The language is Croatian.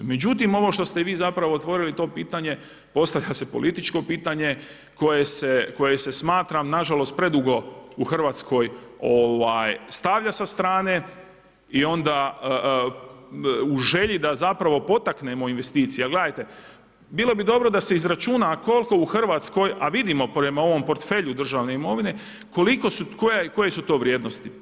Međutim, ono što ste vi zapravo otvorili to pitanje postavlja se političko pitanje koje se smatra na žalost predugo u Hrvatskoj stavlja sa strane i onda u želji da zapravo potaknemo investicije, jer gledajte bilo bi dobro da se izračuna koliko u Hrvatskoj, a vidimo prema ovom portfelju državne imovine koliko su, koje su to vrijednosti.